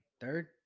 Third